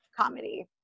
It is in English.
comedy